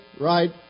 right